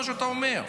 מה שאתה אומר.